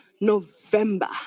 November